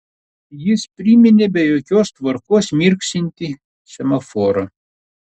jis priminė be jokios tvarkos mirksintį semaforą